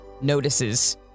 notices